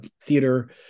theater